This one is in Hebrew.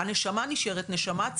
ה-13 ביוני 2022 למניינם.